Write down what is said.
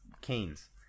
canes